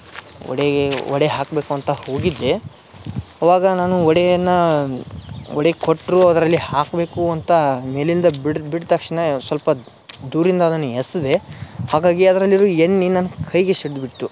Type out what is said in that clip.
ವಡೆಗೆ ವಡೆ ಹಾಕಬೇಕು ಅಂತ ಹೋಗಿದ್ದೆ ಅವಾಗ ನಾನು ವಡೆಯನ್ನು ವಡೆ ಕೊಟ್ಟರು ಅದರಲ್ಲಿ ಹಾಕಬೇಕು ಅಂತ ಮೇಲಿಂದ ಬಿಟ್ಟ ಬಿಟ್ಟ ತಕ್ಷಣ ಸ್ವಲ್ಪ ದೂರದಿಂದ ಅದನ್ನ ಎಸೆದೆ ಹಾಗಾಗಿ ಅದಲ್ಲಿರೋ ಎಣ್ಣೆನ ಕೈಗೆ ಸಿಡ್ದು ಬಿಡ್ತು